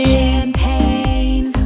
Champagne